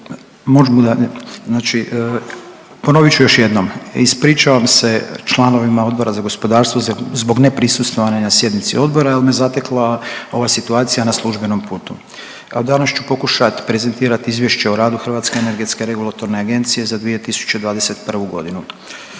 dalje? Znači, ponovit ću još jednom. Ispričavam se članovima Odbora za gospodarstvo zbog neprisustvovanja na sjednici odbora jer me zatekla ova situacija na službenom putu. Danas ću pokušati prezentirati Izvješće o radu HERA-e za 2021. g.